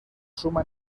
suma